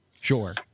Sure